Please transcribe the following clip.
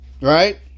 right